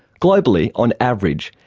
globally on average,